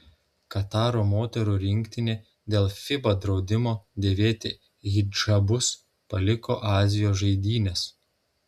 kataro moterų rinktinė dėl fiba draudimo dėvėti hidžabus paliko azijos žaidynes